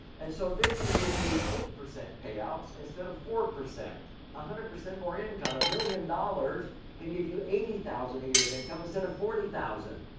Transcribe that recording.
and so this can give you eight percent payouts instead of four. one ah hundred percent more income. a million dollars can give you eighty thousand a year of income instead of forty thousand.